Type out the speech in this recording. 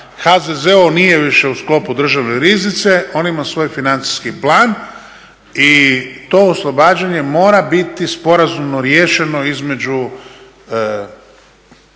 HZZO nije više u sklopu Državne riznice, on ima svoj financijski plan. I to oslobađanje mora biti sporazumno riješeno između